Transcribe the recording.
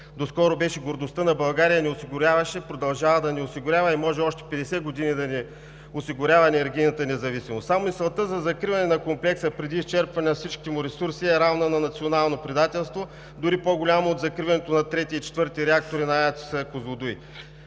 доскоро беше гордостта на България и ни осигуряваше, продължава да ни осигурява и може още 50 години да ни осигурява енергийната независимост. Само мисълта за закриване на Комплекса преди изчерпване на всичките му ресурси е равна на национално предателство, дори по-голямо от закриването на трети и четвърти реактори на АЕЦ „Козлодуй“,